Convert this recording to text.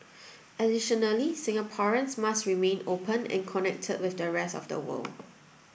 additionally Singaporeans must remain open and connected with the rest of the world